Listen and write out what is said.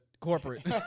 Corporate